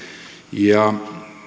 ja